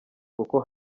kuko